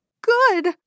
Good